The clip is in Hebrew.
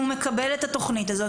הוא מקבל את התוכנית הזאת.